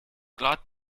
glad